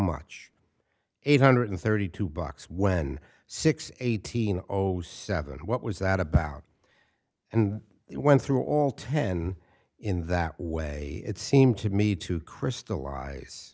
much eight hundred thirty two bucks when six eighteen seven what was that about and it went through all ten in that way it seemed to me to crystallize